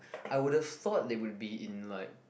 I would've thought they would be in like